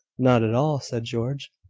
not at all, said george.